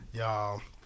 y'all